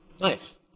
Nice